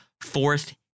fourth